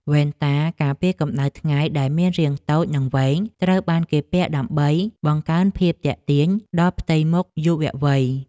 វ៉ែនតាការពារកម្ដៅថ្ងៃដែលមានរាងតូចនិងវែង ត្រូវបានគេពាក់ដើម្បីបង្កើនភាពទាក់ទាញដល់ផ្ទៃមុខយុវវ័យ។